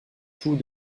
tout